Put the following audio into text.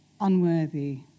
unworthy